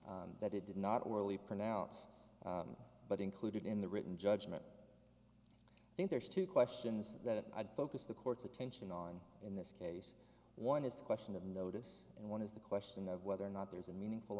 release that it did not worley pronounce but included in the written judgment i think there's two questions that i focused the court's attention on in this case one is the question of notice and one is the question of whether or not there's a meaningful